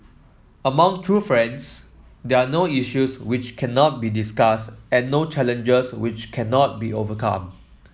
among true friends there are no issues which cannot be discussed and no challenges which cannot be overcome